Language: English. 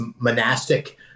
monastic